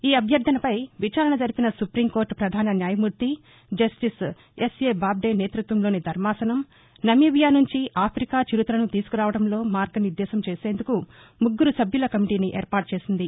ఈ అభ్యర్గనపై విచారణ జరిపిన సుపీం కోర్లు ప్రధాన న్యాయమూర్తి జస్లిస్ ఎస్ఏ బాబ్లే నేతృత్వంలోని ధర్మాసనం నమీబియా నుంచి ఆథికా చిరుతలను తీసుకురావడంలో మార్గనిర్దేశం చేసేందుకు ముగ్గురు సభ్యుల కమిటీని ఏర్పాటు చేసింది